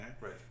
Right